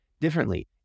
differently